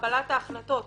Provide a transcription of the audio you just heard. בקבלת ההחלטות.